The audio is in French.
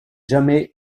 jamais